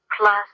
plus